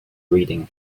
reading